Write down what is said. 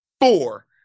four